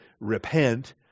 repent